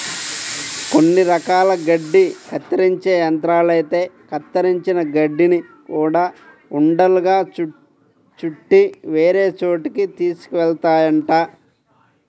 కొన్ని రకాల గడ్డి కత్తిరించే యంత్రాలైతే కత్తిరించిన గడ్డిని గూడా ఉండలుగా చుట్టి వేరే చోటకి తీసుకెళ్తాయంట